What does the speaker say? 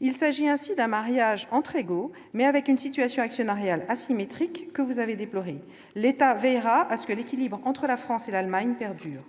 Il s'agit ainsi d'un mariage entre égaux, mais avec une situation actionnariale asymétrique que vous avez déplorée. L'État veillera à ce que l'équilibre entre la France et l'Allemagne perdure.